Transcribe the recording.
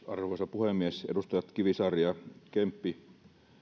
arvoisa puhemies edustajat kivisaari ja kemppi